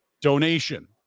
donation